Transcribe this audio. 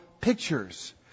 pictures